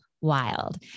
wild